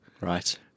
Right